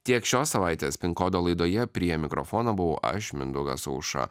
tiek šios savaitės pin kodo laidoje prie mikrofono buvau aš mindaugas aušra